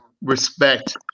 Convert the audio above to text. Respect